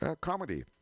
comedy